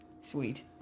Sweet